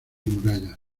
murallas